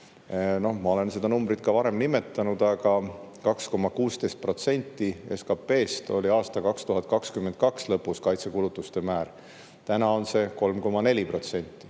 Ma olen seda numbrit ka varem nimetanud, aga 2,16% SKP-st oli 2022. aasta lõpus kaitsekulutuste määr. Praegu on see 3,4%.